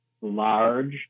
large